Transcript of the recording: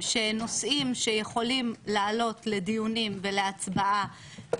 שנושאים שיכולים לעלות לדיונים ולהצבעה